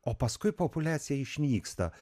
o paskui populiacija išnyksta